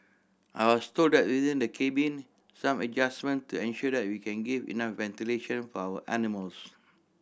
I was told that within the cabin some adjustment to ensure that we can give enough ventilation for our animals